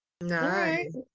Nice